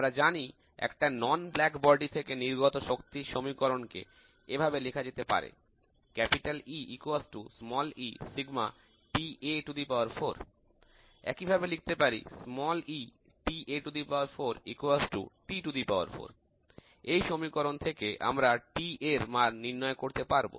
আমরা জানি একটা নন ব্লাক বডি থেকে নির্গত শক্তির সমীকরণকে এভাবে লেখা যেতে পারে একই ভাবে লিখতে পারি এই সমীকরণ থেকে আমরা Ta র মান নির্ণয় করে নিতে পারব